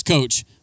coach